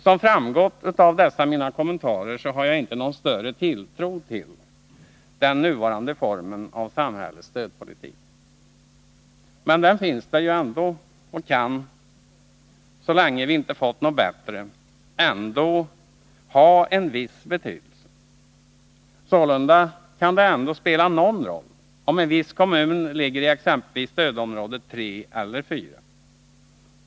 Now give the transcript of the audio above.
Som framgått av dessa mina kommentarer har jag inte någon större tilltro till den nuvarande formen av samhällets stödpolitik. Men den finns där och kan, så länge vi inte fått något bättre, ändå ha en viss betydelse. Sålunda kan det spela någon roll om en viss kommun ligger i exempelvis stödområde 3 eller i stödområde 4.